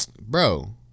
bro